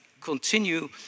continue